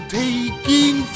taking